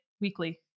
weekly